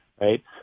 Right